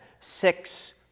six